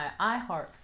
iHeart